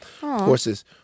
Horses